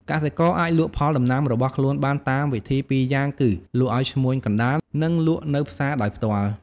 កសិករអាចលក់ផលដំណាំរបស់ខ្លួនបានតាមវិធីពីរយ៉ាងគឺ លក់ឱ្យឈ្មួញកណ្តាល និងលក់នៅផ្សារដោយផ្ទាល់។